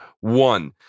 one